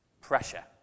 Pressure